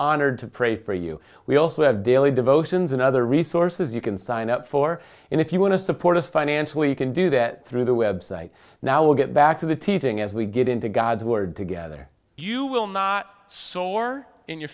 honored to pray for you we also have daily devotions and other resources you can sign up for and if you want to support us financially you can do that through the website now will get back to the teaching as we get into god's word together you will not soar in your